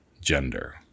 gender